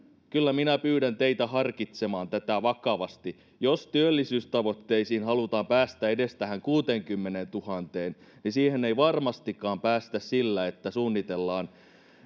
kyllä minä pyydän teitä harkitsemaan tätä vakavasti jos työllisyystavoitteisiin halutaan päästä edes tähän kuuteenkymmeneentuhanteen niin siihen ei varmastikaan päästä sillä että suunnitellaan